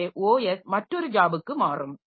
எனவே ஓஎஸ் மற்றொரு ஜாபுக்கு மாறும்